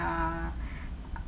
err